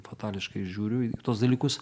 fatališkai žiūriu į tuos dalykus